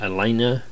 Elena